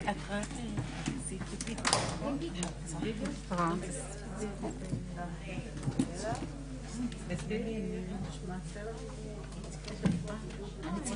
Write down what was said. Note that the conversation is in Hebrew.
12:23.